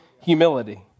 humility